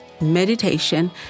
meditation